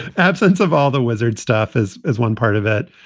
absence of all the wizard stuff is is one part of it.